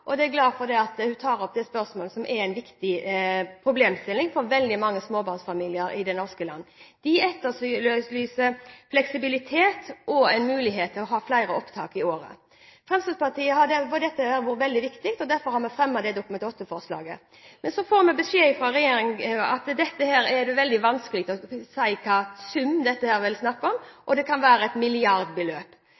spørsmål. Jeg er glad for at hun tar opp dette spørsmålet, som er en viktig problemstilling for veldig mange småbarnsfamilier i landet. De etterlyser fleksibilitet og mulighet til å ha flere opptak i året. For Fremskrittspartiet har dette vært veldig viktig, og derfor har vi fremmet dette Dokument nr. 8-forslaget. Men så får vi beskjed fra regjeringen om at det er veldig vanskelig å si hvilken sum det er snakk om,